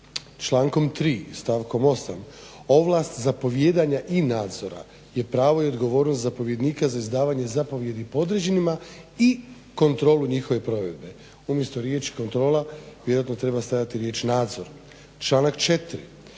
Člankom 3. stavkom 8. ovlast zapovijedanja i nadzora je pravo i odgovornost zapovjednika za izdavanje zapovjedi podređenima i kontrolu njihove provedbe. Umjesto riječi kontrola vjerojatno treba stajati riječ nadzor. Članak 4.